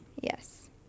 Yes